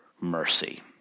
mercy